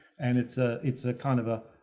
and it's a, it's a kind of a,